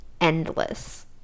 endless